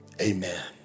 amen